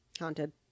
Haunted